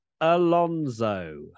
Alonso